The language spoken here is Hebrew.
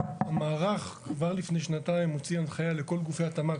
שהמערך כבר לפני שנתיים הוציא הנחיה לכל גופי התמ"ק